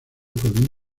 con